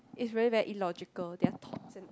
it's very very illogical their thoughts and all